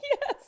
Yes